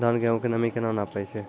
धान, गेहूँ के नमी केना नापै छै?